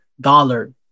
dollar